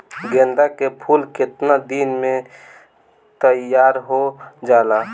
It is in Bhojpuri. गेंदा के फूल केतना दिन में तइयार हो जाला?